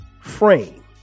frame